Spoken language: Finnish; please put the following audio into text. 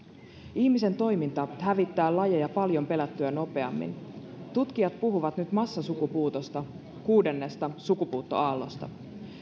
ihmisen toiminta hävittää lajeja paljon pelättyä nopeammin tutkijat puhuvat nyt massasukupuutosta kuudennesta sukupuuttoaallosta